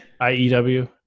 IEW